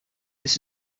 this